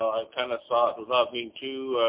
i kind of thought, without being too